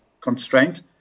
constraint